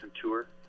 tour